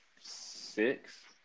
six